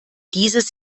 dieses